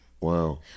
Wow